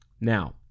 Now